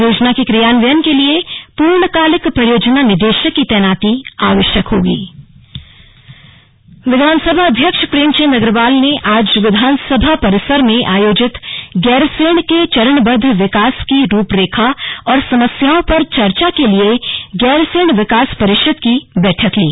योजना के क्रियान्वयन के लिए पूर्णकालिक परियोजना निदेशक की तैनाती आवश्यक होगी स्लग विधानसभा अध्यक्ष विधानसभा अध्यक्ष प्रेमचंद अग्रवाल ने आज विधानसभा परिसर में आयोजित गैरसैंण के चरणबद्व विकास की रूपरेखा और समस्याओं पर चर्चा के लिए गैरसैंण विकास परिषद की बैठक ली